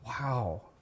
Wow